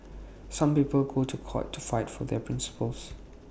some people go to court to fight for their principles